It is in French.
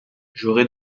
j’aurais